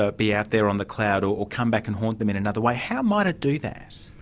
ah be out there on the cloud or come back and haunt them in another way. how might it do that?